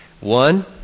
One